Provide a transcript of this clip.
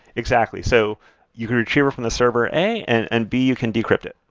exactly. so you can retrieve it from the server, a. and and b, you can decrypt it.